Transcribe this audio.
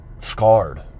scarred